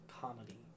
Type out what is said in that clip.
comedy